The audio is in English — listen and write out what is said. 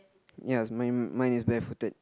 ya mine mine is bare footed